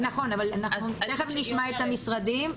נכון, אבל אנחנו תכף נשמע את המשרדים.